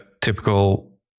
typical